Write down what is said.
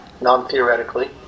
non-theoretically